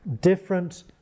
different